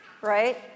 Right